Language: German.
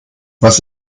was